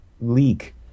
leak